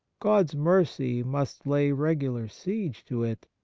god's mercy must lay regular siege to it,